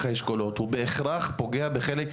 האשכולות אז הוא בהכרח פוגע בחלק מהרשויות,